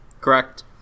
Correct